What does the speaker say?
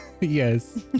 Yes